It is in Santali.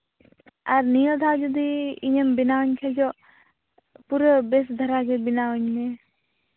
ᱟᱨ ᱱᱤᱭᱟᱹ ᱫᱷᱟᱣ ᱡᱩᱫᱤ ᱤᱧᱮᱢ ᱵᱮᱱᱟᱣ ᱟᱹᱧ ᱠᱷᱟᱱ ᱫᱚ ᱯᱩᱨᱟᱹ ᱵᱮᱥ ᱫᱷᱟᱨᱟ ᱜᱮ ᱵᱮᱱᱟᱣ ᱟᱹᱧ ᱢᱮ